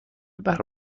برق